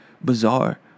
bizarre